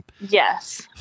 Yes